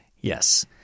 Yes